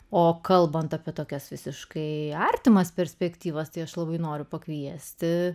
o kalbant apie tokias visiškai artimas perspektyvas tai aš labai noriu pakviesti